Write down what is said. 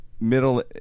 middle